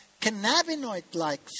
cannabinoid-like